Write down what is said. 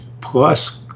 plus